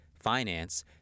Finance